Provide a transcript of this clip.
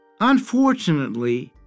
Unfortunately